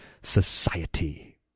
society